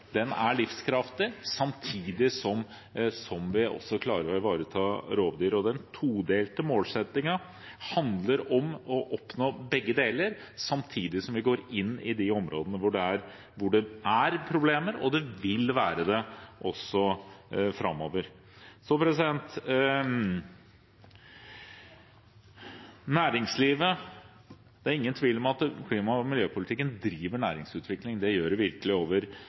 den er livskraftig – samtidig som vi også klarer å ivareta rovdyr. Den todelte målsettingen handler om å oppnå begge deler samtidig som vi går inn i de områdene hvor det er problemer og vil være det også framover. Når det gjelder næringslivet, er det ingen tvil om at klima- og miljøpolitikken driver næringsutvikling. Det gjør den virkelig over